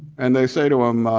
and they say to him,